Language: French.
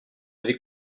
avez